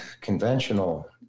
conventional